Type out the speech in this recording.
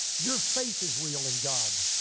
your faith is real in god.